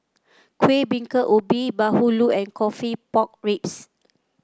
Kueh Bingka Ubi bahulu and coffee Pork Ribs